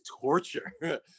torture